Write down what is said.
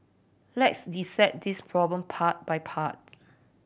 let's dissect this problem part by part